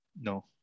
No